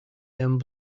and